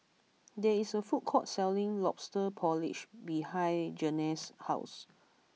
there is a food court selling Lobster Porridge behind Janae's house